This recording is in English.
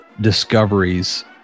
discoveries